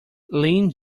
leanne